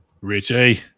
Richie